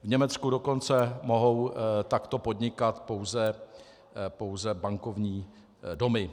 V Německu dokonce mohou takto podnikat pouze bankovní domy.